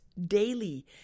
Daily